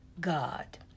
God